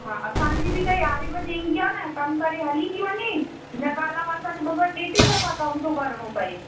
हा असांजी बि त यारहें बजे ईंदी आहे न कमु करे हली थी वञे न काल वासनि ॿ ॿ टे टे दफ़ा कमु थो करिणो पिए